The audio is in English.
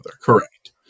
Correct